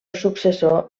successor